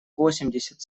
восемьдесят